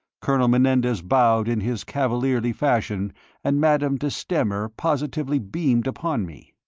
colonel menendez bowed in his cavalierly fashion and madame de stamer positively beamed upon me.